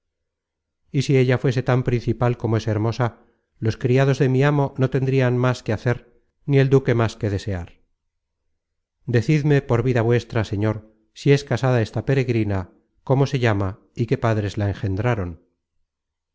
y si ella fuese tan principal como es hermosa los criados de mi amo no tendrian más que hacer ni el duque más que desear decidme por vida vuestra señor si es casada esta peregrina como se llama y qué padres la engendraron